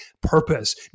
purpose